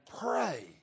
pray